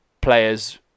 players